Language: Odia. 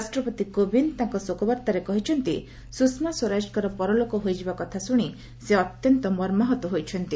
ରାଷ୍ଟ୍ରପତି କୋବିନ୍ଦ ତାଙ୍କ ଶୋକବାର୍ତ୍ତାରେ କହିଛନ୍ତି ସୁଷମା ସ୍ୱରାଜଙ୍କର ପରଲୋକ ହୋଇଯିବା କଥା ଶୁଣି ସେ ଅତ୍ୟନ୍ତ ମର୍ମାହତ ହୋଇଛନ୍ତି